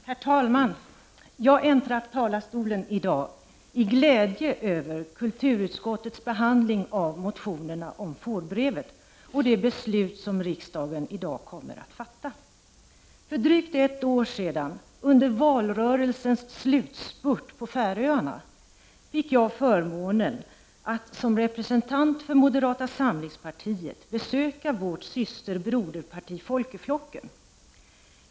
Herr talman! Jag äntrar i dag talarstolen i ren glädje över kulturutskottets behandling av motionerna om fårbrevet och över det beslut som riksdagen i dag kommer att fatta. För drygt ett år sedan, under valrörelsens slutspurt på Färöarna hade jag förmånen att som representant för moderata samlingspartiet besöka vårt syster-/broderparti där — folkeflokken.